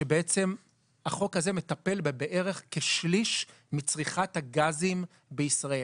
שבעצם החוק הזה מטפל בבערך כשליש מצריכת הגזים בישראל.